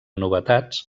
novetats